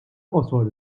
qosor